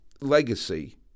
legacy